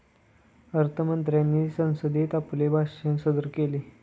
अर्थ मंत्र्यांनी संसदेत आपले भाषण सादर केले